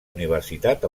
universitat